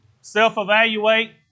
self-evaluate